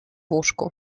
łóżku